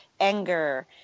anger